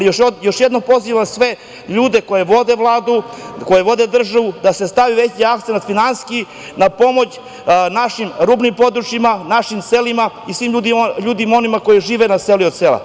Još jednom pozivam sve ljude koji vode Vladu, koji vode državu da se stavi veći akcenat finansijski na pomoć našim rubnim područjima, našim selima i svim onim ljudima koji žive na selu i od sela.